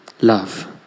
love